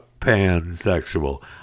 pansexual